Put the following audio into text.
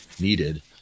needed